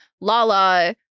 Lala